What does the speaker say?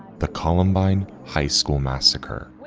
the columbine high school massacre.